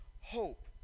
hope